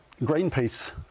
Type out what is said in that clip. Greenpeace